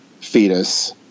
fetus